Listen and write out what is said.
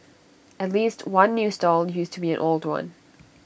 at least one new stall used to be an old one